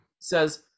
says